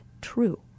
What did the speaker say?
true